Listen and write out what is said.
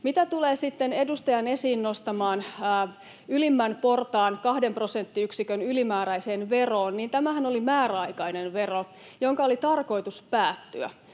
sitten edustajan esiin nostamaan ylimmän portaan kahden prosenttiyksikön ylimääräiseen veroon, niin tämähän oli määräaikainen vero, jonka oli tarkoitus päättyä.